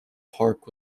park